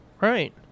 Right